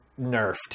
nerfed